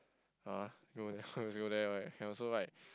uh go there can also ride